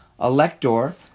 Elector